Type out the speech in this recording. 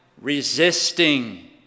resisting